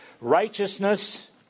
Righteousness